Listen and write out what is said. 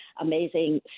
amazing